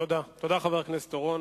תודה, חבר הכנסת אורון.